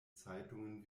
zeitungen